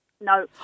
No